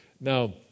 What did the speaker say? Now